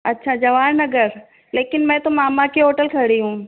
अच्छा जवान नगर लेकिन मैं तो मामा की होटल खड़ी हूँ